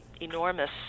enormous